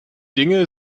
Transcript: dinge